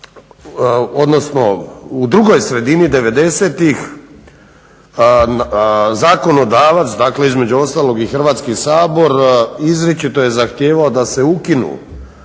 odnosno u drugoj sredini 90. zakonodavac, dakle između ostalo i Hrvatski sabor izričito je zahtijevao da se ukinu